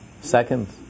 Seconds